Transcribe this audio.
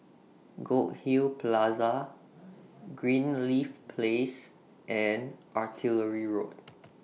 Goldhill Plaza Greenleaf Place and Artillery Road